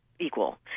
Equal